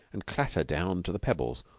and clatter down to the pebbles,